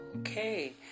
Okay